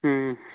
ꯎꯝ